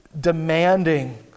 demanding